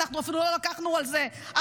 אנחנו אפילו לא לקחנו על זה אחריות.